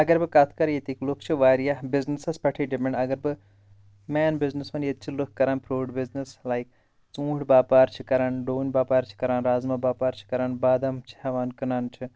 اگر بہٕ کَتھ کَر ییٚتٕکۍ لُکھ چھِ واریاہ بِزنِزَس پٮ۪ٹھےٕ ڈِپینٛڈ اگر بہٕ مین بِزنِس وَن ییٚتہِ چھِ لُکھ کَران فرٛوٗٹ بِزنِس لایِک ژوٗنٛٹھ باپار چھِ کَران ڈوٗنۍ باپار چھِ کَران رازماہ باپار چھِ کَران بادَم چھِ ہیوان کٕنان چھِ